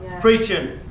preaching